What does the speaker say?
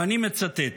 ואני מצטט: